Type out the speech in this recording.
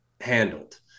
handled